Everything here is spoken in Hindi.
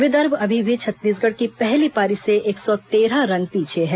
विदर्भ अभी भी छत्तीसगढ़ की पहली पारी से एक सौ तेरह रन पीछे है